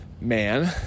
Man